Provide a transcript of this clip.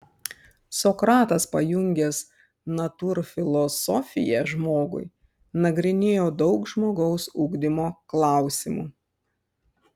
sokratas pajungęs natūrfilosofiją žmogui nagrinėjo daug žmogaus ugdymo klausimų